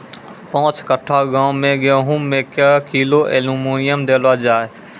पाँच कट्ठा गांव मे गेहूँ मे क्या किलो एल्मुनियम देले जाय तो?